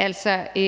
om.